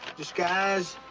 disguise,